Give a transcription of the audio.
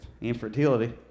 infertility